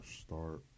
start